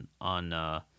on